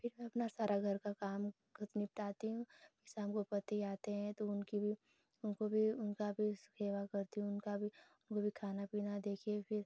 फिर अपना सारा घर का काम ख़ुद निपटाती हूँ शाम को पति आते हैं तो उनकी भी उनको भी उनकी भी सेवा करती हूँ उनका भी वह भी खाना पीना देकर फिर